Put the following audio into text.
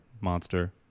monster